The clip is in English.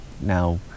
now